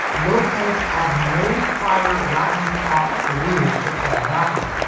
lopez had no prior latin pop career to fall back on.